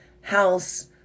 house